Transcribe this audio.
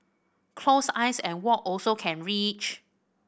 close eyes and walk also can reach